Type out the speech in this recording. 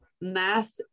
math